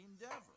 endeavor